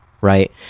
right